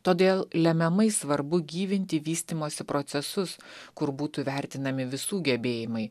todėl lemiamai svarbu gyvinti vystymosi procesus kur būtų vertinami visų gebėjimai